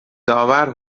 داور